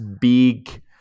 big